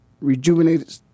rejuvenated